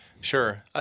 Sure